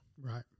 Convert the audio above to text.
Right